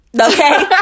Okay